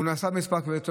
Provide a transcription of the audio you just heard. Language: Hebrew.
הוא נסע מספר קילומטרים,